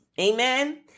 Amen